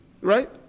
Right